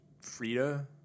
Frida